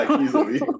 easily